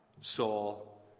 Saul